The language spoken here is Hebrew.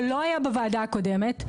שלא היה בוועדה הקודמת,